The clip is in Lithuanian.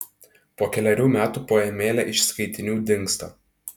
po kelerių metų poemėlė iš skaitinių dingsta